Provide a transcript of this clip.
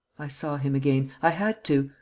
i saw him again. i had to.